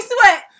sweat